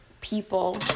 people